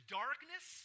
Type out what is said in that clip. darkness